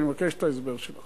אני אבקש את ההסבר שלך.